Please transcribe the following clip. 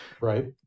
Right